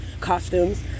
costumes